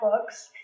books